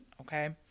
Okay